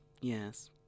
Yes